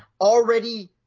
already